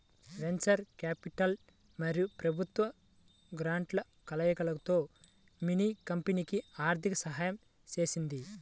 venture capital మరియు ప్రభుత్వ గ్రాంట్ల కలయికతో మిన్నీ కంపెనీకి ఆర్థిక సహాయం చేసింది